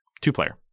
Two-player